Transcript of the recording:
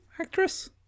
actress